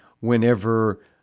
Whenever